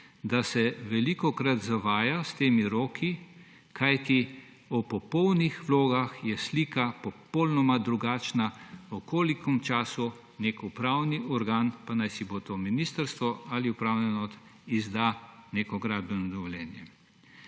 da se velikokrat zavaja s temi roki, kajti ob popolnih vlogah je slika popolnoma drugačna, v kolikem času nek upravni organ, pa najsibo to ministrstvo ali upravna enota, izda neko gradbeno dovoljenje.